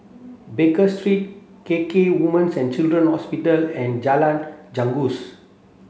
Baker Street K K Women's and Children's Hospital and Jalan Janggus